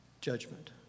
judgment